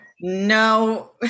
No